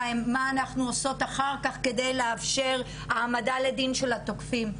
זה מה אנחנו עושות אחר כך כדי לאפשר העמדה לדין של התוקפים,